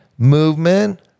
Movement